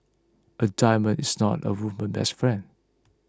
a diamond is not a woman's best friend